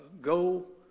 go